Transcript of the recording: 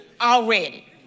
already